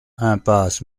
impasse